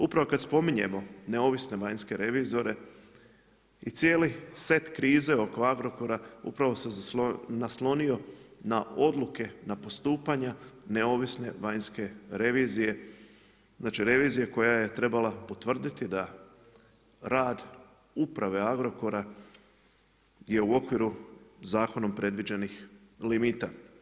Upravo kad spominjemo neovisne vanjske revizore i cijeli set krize oko Agrokora, upravo se naslonio na odluke, na postupanja, neovisne vanjske revizije, znači revizije koja je trebala potvrditi da rad uprave Agrokora je u okviru zakonom predviđenih limita.